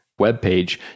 webpage